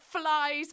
flies